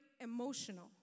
emotional